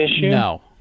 No